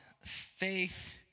faith